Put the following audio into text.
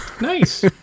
Nice